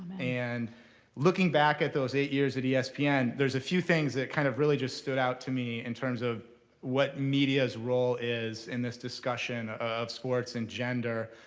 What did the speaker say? and looking back at those eight years at espn, and there's a few things that kind of really just stood out to me in terms of what media's role is in this discussion of sports and gender.